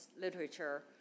literature